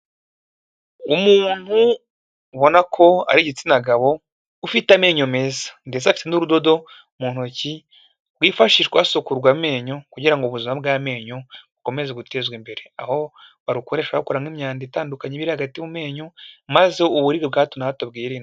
Umuntu ubona ko ari igitsina gabo, ufite amenyo meza ndetse n'urudodo mu ntoki rwifashishwa hasukurwa amenyo kugira ngo ubuzima bw'amenyo bukomeze gutezwa imbere, aho barukoresha bakura nk'imyanda itandukanye iba iri iri hagati mu menyo maze uburibwe bwa hato na hato bwirindwe.